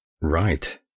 Right